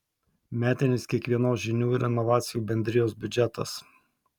metinis kiekvienos žinių ir inovacijų bendrijos biudžetas